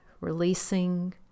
releasing